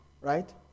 Right